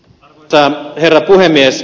arvoisa herra puhemies